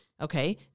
Okay